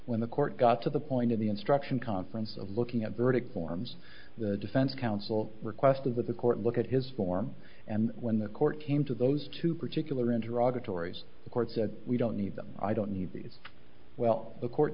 when the court got to the point of the instruction conference of looking at verdict forms the defense counsel requested that the court look at his form and when the court came to those two particular enter auditory as the court said we don't need them i don't need these well the court